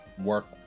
work